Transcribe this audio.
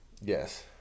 Yes